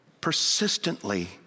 persistently